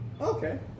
Okay